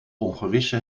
ongewisse